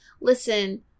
Listen